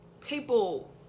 people